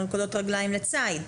מלכודות רגליים לציד.